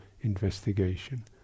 investigation